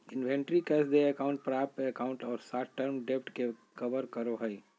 inventory cash देय account प्राप्य account और शॉर्ट टर्म डेब्ट के कवर करो हइ